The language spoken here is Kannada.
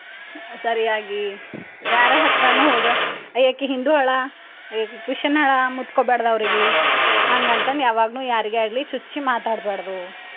ಸರಿಯಾಗಿ ಯಾರ ಹತ್ತಿರನೂ ಹೋದ್ರೆ ಅಯ್ ಆಕೆ ಹಿಂದು ಹಳ ಏ ಆಕೆ ಕ್ರಿಶ್ಚನ್ ಹಳ ಮುಟ್ಕೊಬ್ಯಾಡ್ದು ಅವ್ರಿಗೆ ಹಂಗಂತನ್ ಯಾವಾಗೂ ಯಾರಿಗೆ ಆಗಲಿ ಚುಚ್ಚಿ ಮಾತಾಡಬ್ಯಾಡ್ದು